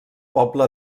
poble